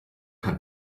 hat